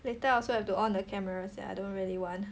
later I also have to on the camera sia I don't really want